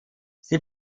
sie